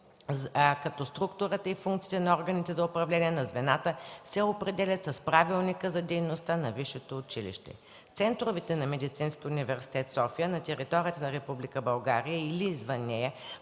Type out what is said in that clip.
като структурата и функциите на органите за управление на звената се определят с правилника за дейността на висшето училище. Центровете на Медицинския университет – София, на територията на Република България